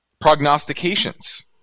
prognostications